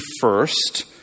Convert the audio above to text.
first